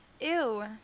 Ew